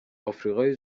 آفریقای